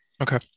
Okay